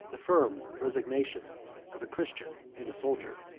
the firm resignation of a christian and a soldier.